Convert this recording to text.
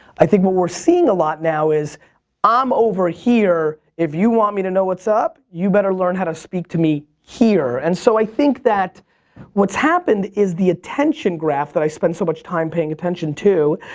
i think what we're seeing a lot now is i'm over here. if you want me to know what's up, you better learn how to speak to me here. and so i think that what's happened is the attention graph that i spend so much time paying attention to